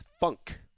funk